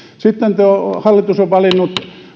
sitten hallitus on valinnut